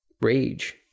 rage